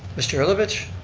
mr. herlovich.